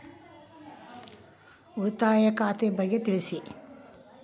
ಉಳಿತಾಯ ಖಾತೆ ಬಗ್ಗೆ ತಿಳಿಸಿ?